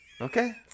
okay